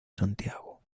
santiago